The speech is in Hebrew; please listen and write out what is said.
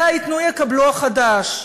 זה ה"ייתנו, יקבלו" החדש.